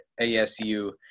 ASU